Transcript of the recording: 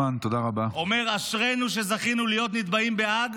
אומר: אשרינו שזכינו להיות נתבעים בהאג.